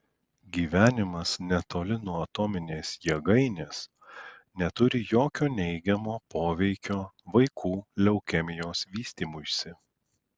gyvenimas netoli nuo atominės jėgainės neturi jokio neigiamo poveikio vaikų leukemijos vystymuisi